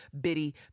bitty